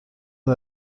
این